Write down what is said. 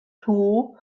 nhw